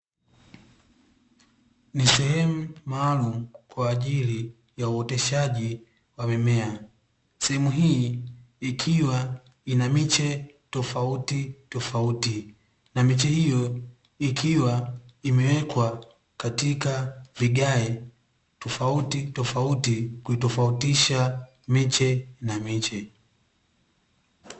Sehemu maalum kwaajili ya uoteshaji wa mimea, sehemu hii ikiwa ina miche tofautitofauti na miche hiyo ikiwa imewekwa katika vigae tofautitofauti kuitofautisha miche na miche.